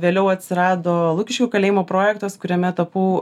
vėliau atsirado lukiškių kalėjimo projektas kuriame tapau